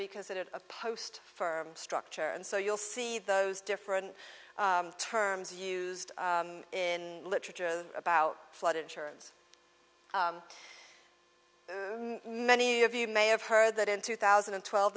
be considered a post for structure and so you'll see those different terms used in literature about flood insurance many of you may have heard that in two thousand and twelve